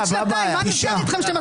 הצבעה מס' 5 בעד ההסתייגות 7 נגד,